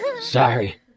Sorry